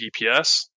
DPS